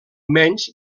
menys